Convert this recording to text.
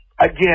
again